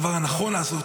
לעשות,